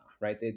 right